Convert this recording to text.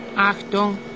Achtung